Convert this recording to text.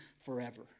forever